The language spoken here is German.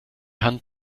hand